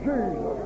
Jesus